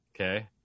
Okay